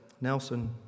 Nelson